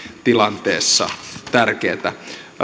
tilanteessa tärkeätä